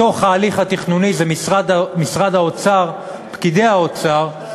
בתוך ההליך התכנוני, זה משרד האוצר, פקידי האוצר,